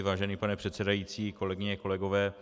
Vážený pane předsedající, kolegyně a kolegové.